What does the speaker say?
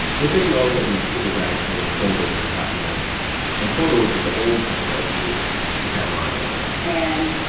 they said she always had these paper bags full of folders and documents and photos that the older tucker relatives just had lying around and